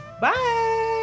bye